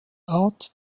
art